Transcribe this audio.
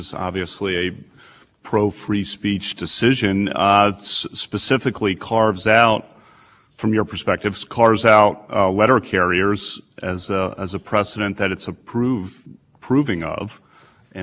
from your perspective scars out letter carriers as the as a precedent that it's approved proving of and letter carriers of course was a case that said federal service is different in the line quote it is federal service should depend on